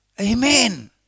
Amen